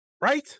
Right